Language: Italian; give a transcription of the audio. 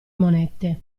monete